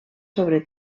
sobre